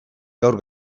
gaur